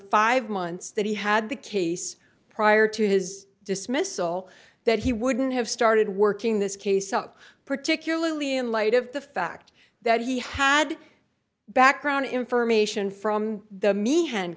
five months that he had the case prior to his dismissal that he wouldn't have started working this case up particularly in light of the fact that he had background information from the me and